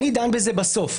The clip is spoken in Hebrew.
אני דן בזה בסוף.